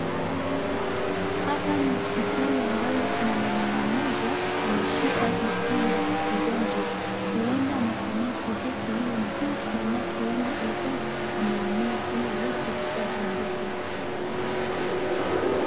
Hapa ni hospitali ambapo kuna mwanaume mmoja ameshika miguu ya mgonjwa. Huenda anafanya zoezi ile mguu maanake huenda alikuwa ameumia ili aweze kupata nguvu.